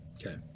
Okay